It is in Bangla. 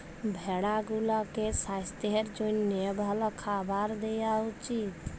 ভেড়া গুলাকে সাস্থের জ্যনহে ভাল খাবার দিঁয়া উচিত